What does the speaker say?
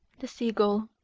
the sea-gull.